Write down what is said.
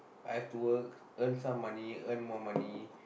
I have to work earn some money earn more money